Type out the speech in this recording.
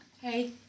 Hey